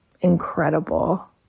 incredible